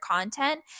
content